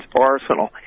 arsenal